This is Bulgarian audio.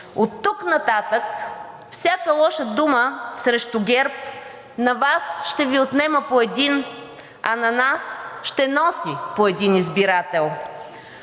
Оттук нататък всяка лоша дума срещу ГЕРБ на Вас ще Ви отнема по един, а на нас ще носи по един избирател.